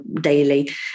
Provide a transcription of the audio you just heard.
daily